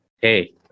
Hey